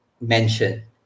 mention